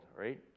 right